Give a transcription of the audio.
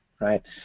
right